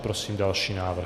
Prosím další návrh.